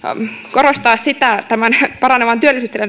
korostaa tämän paranevan